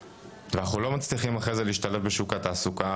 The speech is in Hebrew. הרבה מאיתנו לא מצליחים אחרי זה להשתלב בשוק התעסוקה,